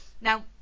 Now